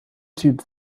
typ